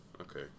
Okay